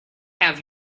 have